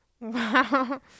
wow